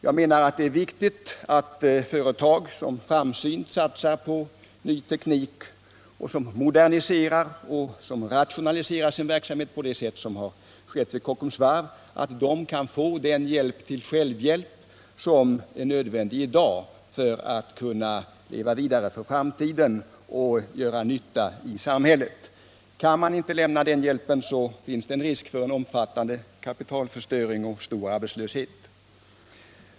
Jag menar att det är viktigt att företag som framsynt satsar på ny teknik och som moderniserar och rationaliserar sin verksamhet på det sätt som har skett vid Kockums varv kan få den hjälp till självhjälp som är nödvändig i dag för att kunna leva vidare för framtiden och göra nytta i samhället. Kan man inte lämna den hjälpen finns det risk för en omfattande kapitalförstöring och stor arbetslöshet.